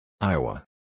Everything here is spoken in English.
Iowa